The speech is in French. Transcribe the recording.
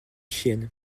chiennes